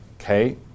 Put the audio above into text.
Okay